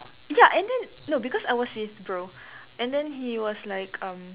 ya and then no because I was with his bro and then he was like um